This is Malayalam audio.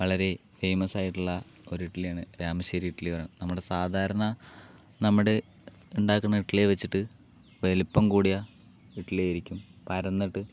വളരെ ഫേമസ് ആയിട്ടുള്ള ഒരു ഇഡ്ഡലിയാണ് രാമശ്ശേരി ഇഡ്ഡലി എന്ന് പറഞ്ഞാൽ നമ്മുടെ സാധാരണ നമ്മുടെ ഉണ്ടാക്കുന്ന ഇഡ്ഡലി വെച്ചിട്ട് വലിപ്പം കൂടിയ ഇഡ്ഡലി ആയിരിക്കും പരന്നിട്ട്